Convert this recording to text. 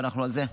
ואנחנו על זה.